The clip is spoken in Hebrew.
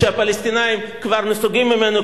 שהפלסטינים כבר נסוגים ממנו,